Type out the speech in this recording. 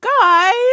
guys